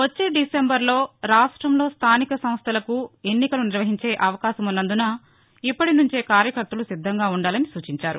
వచ్చే డిసెంబరులో రాష్ట్రంలో స్దానిక సంస్దలకు ఎన్నికల నిర్వహించే అవకాశమున్నందున ఇప్పటినుంచే కార్యకర్తలు సిద్దంగా ఉండాలని సూచించారు